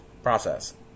process